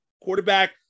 quarterback